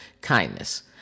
kindness